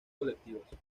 colectivas